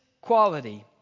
quality